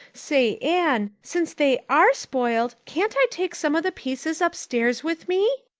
say, anne, since they are spoiled can't i take some of the pieces upstairs with me?